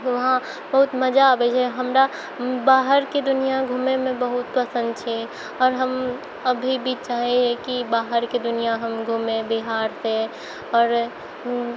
वहाँ बहुत मजा आबै छै हमरा बाहरके दुनिआ घूमैमे बहुत पसन्द छै आओर हम अभी भी चाहै हइ कि बाहरके दुनिआ हम घूमी बिहारसँ आओर